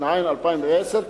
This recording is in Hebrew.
התש"ע 2010,